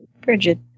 Bridget